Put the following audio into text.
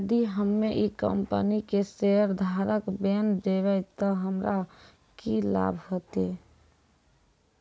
यदि हम्मै ई कंपनी के शेयरधारक बैन जैबै तअ हमरा की लाभ होतै